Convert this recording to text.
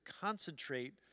concentrate